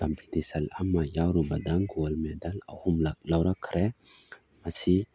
competition ꯑꯃ ꯌꯥꯎꯔꯨꯕꯗ gold medal ꯑꯍꯨꯝꯂꯛ ꯂꯧꯔꯛꯈ꯭ꯔꯦ ꯃꯁꯤ